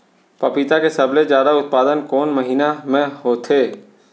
पपीता के सबले जादा उत्पादन कोन महीना में होथे?